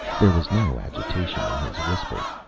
there was no agitation in his whisper.